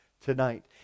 tonight